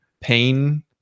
pain